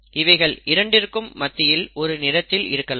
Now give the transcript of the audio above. இவைகள் இரண்டுக்கும் மத்தியில் ஒரு நிறத்தில் இருக்கலாம்